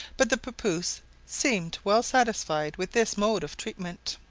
but the papouse seemed well satisfied with this mode of treatment.